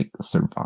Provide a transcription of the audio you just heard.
survive